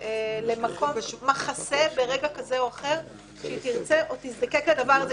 למקום מחסה ברגע כזה או אחר כשהיא תרצה או תזדקק לדבר הזה.